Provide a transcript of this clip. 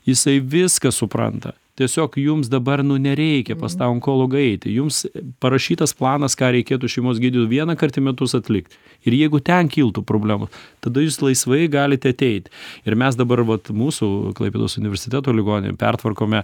jisai viską supranta tiesiog jums dabar nu nereikia pas tą onkologą eiti jums parašytas planas ką reikėtų šeimos gydytojui vienąkart į metus atlikt ir jeigu ten kiltų problemų tada jūs laisvai galite ateiti ir mes dabar vat mūsų klaipėdos universiteto ligoninė pertvarkome